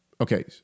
Okay